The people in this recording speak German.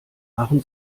machen